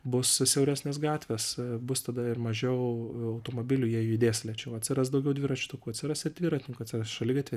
bus siauresnės gatvės bus tada ir mažiau automobilių jie judės lėčiau atsiras daugiau dviračių takų atsiras ir dviratininkų atsiras šaligatviai